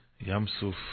Yamsuf